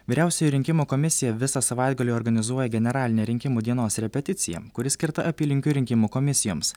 vyriausioji rinkimų komisija visą savaitgalį organizuoja generalinę rinkimų dienos repeticiją kuri skirta apylinkių rinkimų komisijoms